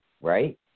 right